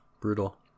brutal